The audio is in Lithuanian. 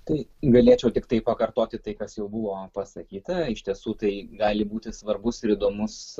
tai galėčiau tiktai pakartoti tai kas jau buvo pasakyta iš tiesų tai gali būti svarbus ir įdomus